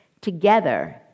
together